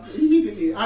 immediately